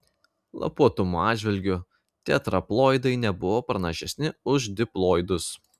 lapuotumo atžvilgiu tetraploidai nebuvo pranašesni už diploidus